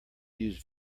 use